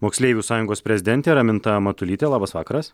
moksleivių sąjungos prezidentė raminta matulytė labas vakaras